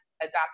adopt